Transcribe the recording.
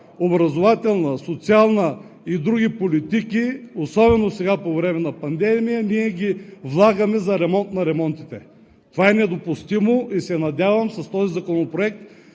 образователна, социална и други политики, особено сега по време на пандемия, ние ги влагаме за ремонт на ремонтите. Това е недопустимо и се надявам с този законопроект